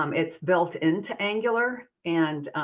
um it's built into angular. and